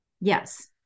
Yes